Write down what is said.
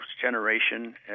generation